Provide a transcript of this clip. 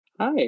Hi